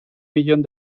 millón